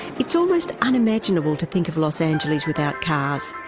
it's almost unimaginable to think of los angeles without cars,